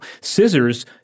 Scissors